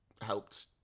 helped